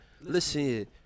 listen